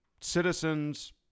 citizens